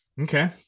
Okay